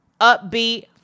Upbeat